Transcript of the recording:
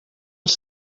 els